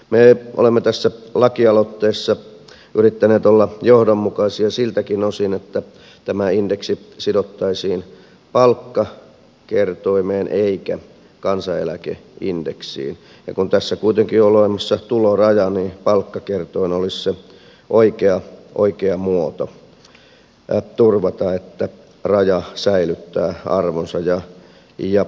me olemme tässä lakialoitteessamme yrittäneet olla johdonmukaisia siltäkin osin että tämä indeksi sidottaisiin palkkakertoimeen eikä kansaneläkeindeksiin ja kun tässä kuitenkin on olemassa tuloraja niin palkkakerroin olisi se oikea muoto turvata että raja säilyttää arvonsa ja ja j